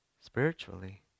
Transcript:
spiritually